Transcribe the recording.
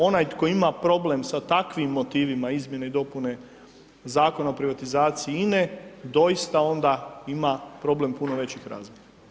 Onaj to ima problem sa takvim motivima izmjene i dopune Zakona o privatizaciji INA-e, doista onda ima problem puno većih razmjera.